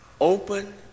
open